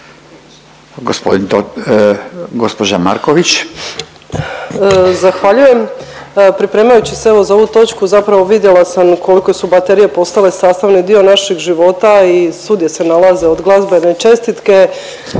Ivana (SDP)** Zahvaljujem. Pripremajući se evo za ovu točku zapravo vidjela sam koliko su baterije postale sastavni dio našeg života i svugdje se nalaze od glazbene čestitke